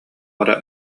эрэ